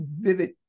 vivid